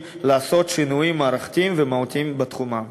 לעשות שינויים מערכתיים ומהותיים בתחומם.